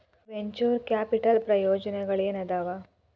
venture capital ಪ್ರಯೋಜನಗಳೇನಾದವ